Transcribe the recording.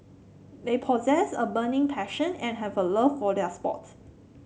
they possess a burning passion and have a love for their sport